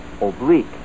oblique